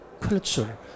culture